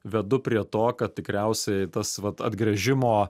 vedu prie to kad tikriausiai tas vat atgręžimo